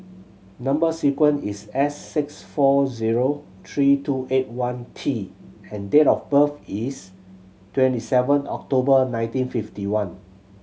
number sequence is S six four zero three two eight one T and date of birth is twenty seven October nineteen fifty one